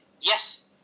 yes